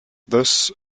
thus